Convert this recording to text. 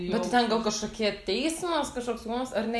bet tai ten gal kažkokie teismas kažkoks rūmas ar ne